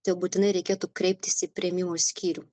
tai jau būtinai reikėtų kreiptis į priėmimo skyrių